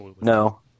no